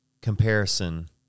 comparison